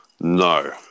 No